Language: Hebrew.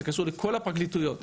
זה קשור לכל הפרקליטויות,